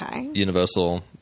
Universal